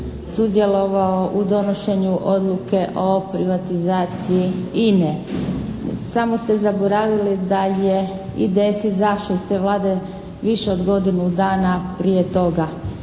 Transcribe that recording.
sudjelovao u donošenju Odluke o privatizaciji INE. Samo ste zaboravili da je IDS izašao iz te Vlade više od godinu dana prije toga